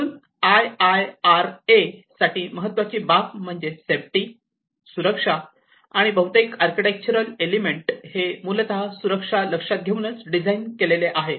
म्हणून I I R A साठी महत्त्वाची बाब म्हणजे सेफ्टी सुरक्षा आणि बहुतेक आर्किटेक्चरल एलिमेंट हे मूलतः सुरक्षा लक्षात घेऊनच डिझाईन केलेले आहेत